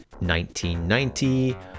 1990